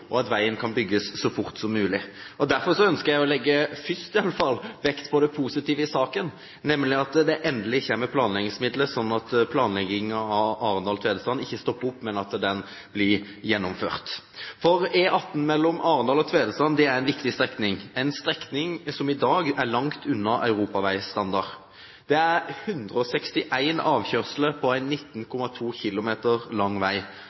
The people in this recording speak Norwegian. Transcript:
og at veien kan bygges så fort som mulig. Derfor ønsker jeg først å legge vekt på det positive i saken, nemlig at det endelig kommer planleggingsmidler, sånn at planleggingen av strekningen Arendal–Tvedestrand ikke stopper opp – og at den blir gjennomført. E18 mellom Arendal og Tvedestrand er en viktig strekning. Det er en strekning som i dag er langt unna europaveistandard. Det er 161 avkjørsler på en 19,2 km lang vei.